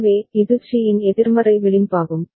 எனவே இது சி இன் எதிர்மறை விளிம்பாகும்